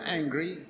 angry